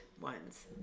ones